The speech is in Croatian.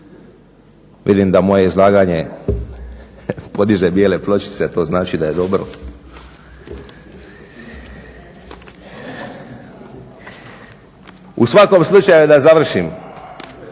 Vidim da moje izlaganje podiže bijele pločice, to znači da je dobro. U svakom slučaju da završim